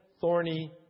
thorny